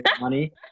money